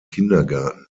kindergarten